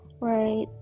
Right